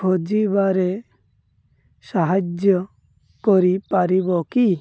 ଖୋଜିବାରେ ସାହାଯ୍ୟ କରିପାରିବ କି